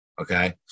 Okay